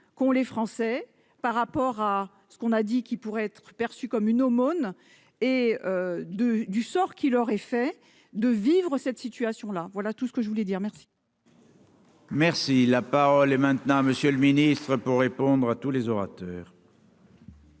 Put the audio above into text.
qu'ont les Français par rapport à ce qu'on a dit qu'il pourrait être perçu comme une aumône et de du sort qui leur est fait de vivre cette situation-là, voilà tout ce que je voulais dire merci. Merci, la parole est maintenant, Monsieur le Ministre, pour répondre à tous les orateurs.